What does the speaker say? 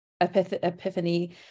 epiphany